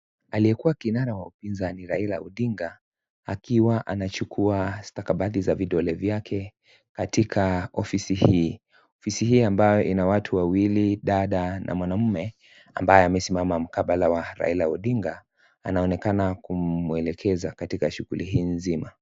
Aliyekuwa kinara wa upinzani Raila Odinga akiwa anachukua stakabadhi za vidole vyake katika ofisi hii. Ofisi hii ambayo ina watu wawili; dada na mwanamume ambaye amesimama mkabala wa Raila Odinga anaonekana kumuelekeza katika shughuli hii nzima.